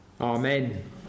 Amen